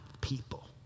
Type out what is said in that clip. people